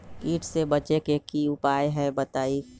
कीट से बचे के की उपाय हैं बताई?